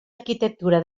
arquitectura